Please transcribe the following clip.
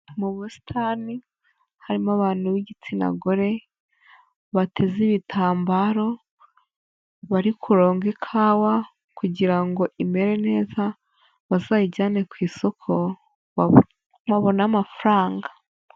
Mu busitani harimo abantu b'igitsina gore bateze ibitambaro bari kuronga ikawa, kugira ngo imere neza bazayijyane ku isoko babone amafaranga.